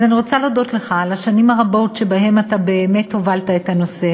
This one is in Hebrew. אז אני רוצה להודות לך על כך שאתה באמת הובלת את הנושא